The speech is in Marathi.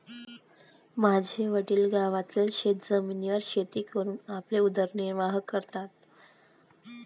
माझे वडील गावातील शेतजमिनीवर शेती करून आपला उदरनिर्वाह करतात